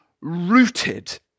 rooted